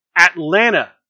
Atlanta